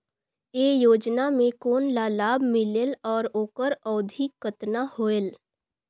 ये योजना मे कोन ला लाभ मिलेल और ओकर अवधी कतना होएल